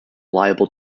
liable